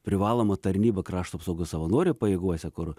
privaloma tarnyba krašto apsaugos savanorių pajėgose kur